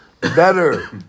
better